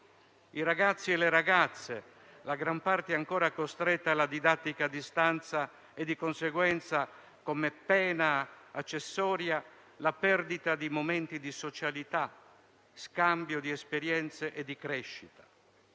ai ragazzi e alle ragazze, la gran parte dei quali è ancora costretta alla didattica a distanza e di conseguenza, come pena accessoria, alla perdita di momenti di socialità, scambio di esperienze e crescita.